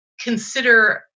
consider